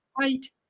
fight